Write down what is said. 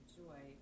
joy